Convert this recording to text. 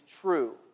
true